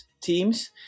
teams